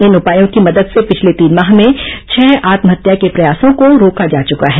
इन उपायों की मदद से पिछले तीन माह में छह आत्महत्या के प्रयासों को रोका जा चुका है